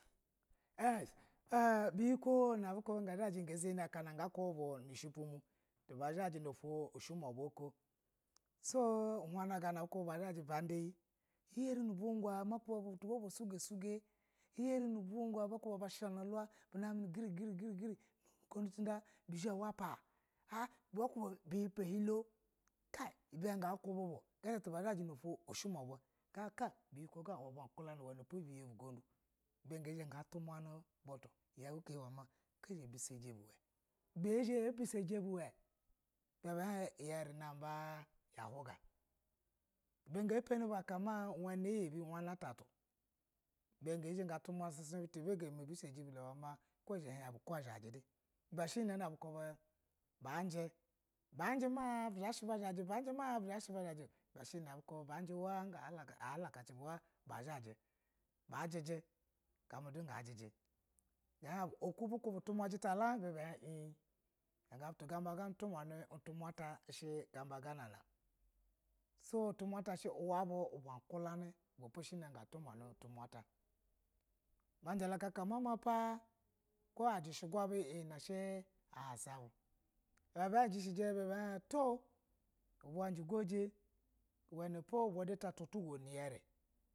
A, a buyi ko na ga zani na akanu ga kubi bu nu shupu mu ti bu zhaji na oto ushu ina ba oko so nu unaha gana na ba da iye nu bugu ma kuba bu tu ba ba sugo suge iyi heri nubuga bu buna shana ulula buna me gree gree gree nu ugudu tunda kai bizha wapa bizha ohilo kai abiga kubu gata ta ba zhaji na ofo shuma uba ga kai buyiko ga uwa ba ukulani wanipo bayibi ugundu ga kai uwe bew kulani ibe ga tumani bufu yau ke ga hin ga zha a bisaji bu uwe bizha a be bisaji bu uwa ibe ba hin iyari naba ba hunga ibe ga pani bu aka una yabi uwan utate ibe ga tumuwani sasana butu be ga luobisaji bu uwe ga hin bu ga zhaji di ibe she iyi na ba ji, ba ji n mana bu zha shi ba baji waa a halakacibu bazhaji bajiji gambo du ga jiji ga hin bu oku bu kubi utuma jita la ba hin in ibe ga hin bu gamba ga utu mani utuma ata ashe gaba ganana so utuma ata shi uwe ba ukulani she utuma ata ga tumani majala ma mapa ko ibe she asababu ibe ba jishiji be hin to uba jin goji uwnipo̱ uba du ta twa tugo ni yari.